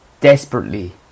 desperately